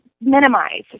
minimize